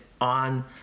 on